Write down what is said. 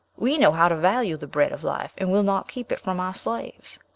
we know how to value the bread of life, and will not keep it from our slaves.